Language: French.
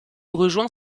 rejoint